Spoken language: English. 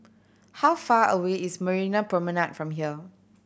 how far away is Marina Promenade from here